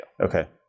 Okay